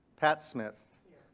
pat smith.